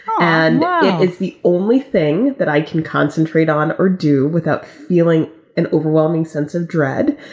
and is the only thing that i can concentrate on or do without feeling an overwhelming sense of dread.